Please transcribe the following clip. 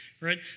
right